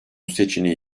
seçeneği